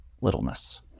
littleness